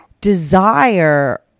desire